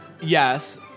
Yes